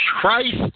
Christ